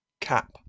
CAP